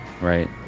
Right